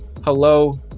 hello